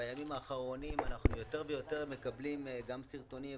שבימים האחרונים אנחנו יותר ויותר מקבלים גם סרטונים,